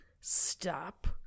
stop